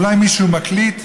אולי מישהו מקליט,